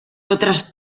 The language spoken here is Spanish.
otras